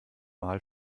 mal